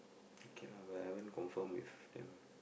okay lah but I haven't confirm with them